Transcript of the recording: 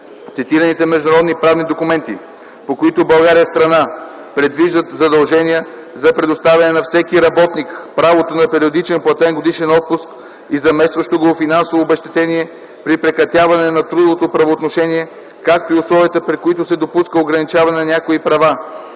Цитираните международни правни документи, по които България е страна, предвиждат задължения за предоставяне на всеки работник правото на периодичен платен годишен отпуск и заместващо го финансово обезщетение при прекратяване на трудовото правоотношение, както и условията, при които се допуска ограничаване на някои права